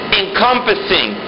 encompassing